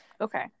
okay